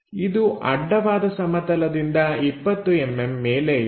ಇದು ಅಡ್ಡವಾದ ಸಮತಲದಿಂದ 20mm ಮೇಲೆ ಇದೆ